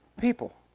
people